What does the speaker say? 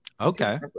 Okay